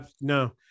no